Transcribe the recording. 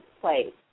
place